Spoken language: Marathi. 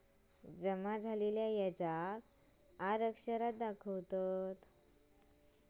जमा झालेल्या व्याजाक आर अक्षरात दाखवतत